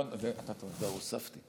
כבר הוספתי.